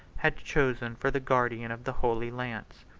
had chosen for the guardian of the holy lance.